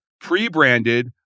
pre-branded